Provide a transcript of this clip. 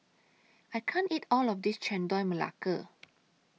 I can't eat All of This Chendol Melaka